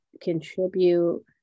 contribute